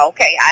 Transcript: Okay